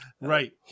Right